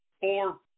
four